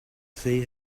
sea